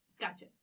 Gotcha